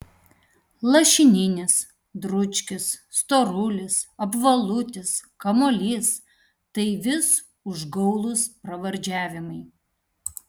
lašininis dručkis storulis apvalutis kamuolys tai vis užgaulūs pravardžiavimai